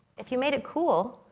if you made it cool,